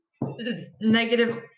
negative